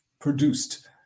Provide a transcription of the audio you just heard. produced